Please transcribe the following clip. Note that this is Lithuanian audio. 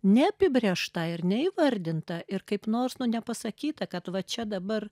neapibrėžta ir neįvardinta ir kaip nors nu nepasakyta kad va čia dabar